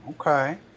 Okay